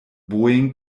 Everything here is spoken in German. boeing